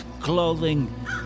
clothing